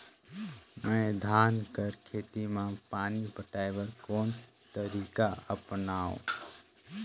मैं धान कर खेती म पानी पटाय बर कोन तरीका अपनावो?